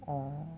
orh